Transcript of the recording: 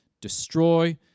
destroy